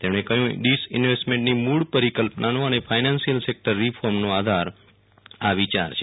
તેમણે કહ્યું ડિસઈન્વેસ્ટમેન્ટની મૂ ળ પરિકલ્પનાનો અને ફાયાનાન્સિયલ સેક્ટર રિફોર્મનો આધાર આ વિચાર છે